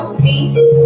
beast